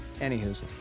Anywho